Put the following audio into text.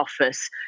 office